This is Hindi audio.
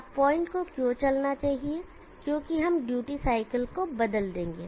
अब पॉइंट को क्यों चलना चाहिए क्योंकि हम ड्यूटी साइकिल को बदल देंगे